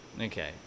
Okay